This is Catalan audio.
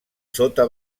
sota